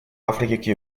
африки